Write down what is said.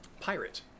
pirate